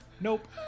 Nope